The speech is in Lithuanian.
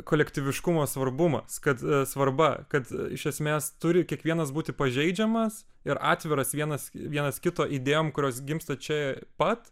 kolektyviškumo svarbumas kad svarba kad iš esmės turi kiekvienas būti pažeidžiamas ir atviras vienas vienas kito idėjom kurios gimsta čia pat